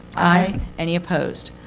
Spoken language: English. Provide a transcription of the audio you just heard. aye. any opposed?